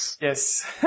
yes